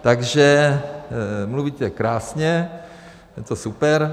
Takže mluvíte krásně, je to super.